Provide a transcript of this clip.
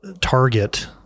target